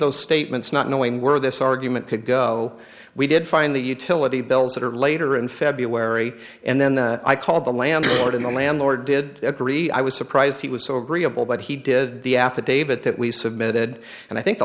those statements not knowing where this argument could go we did find the utility bills that are later in february and then i called the landlord in the landlord did agree i was surprised he was so agreeable but he did the affidavit that we submitted and i think the